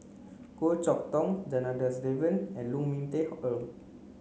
Goh Chok Tong Janadas Devan and Lu Ming Teh Earl